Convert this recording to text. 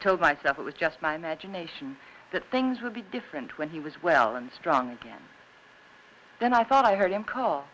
told myself it was just my imagination that things would be different when he was well and strong again then i thought i heard